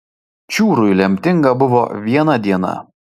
čiūrui lemtinga buvo viena diena